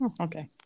Okay